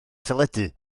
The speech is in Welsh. teledu